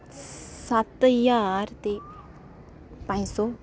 सत्त ज्हार ते पंज सौ